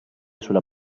sulla